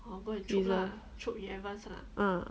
reserved ah